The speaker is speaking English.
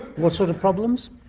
what sort of problems?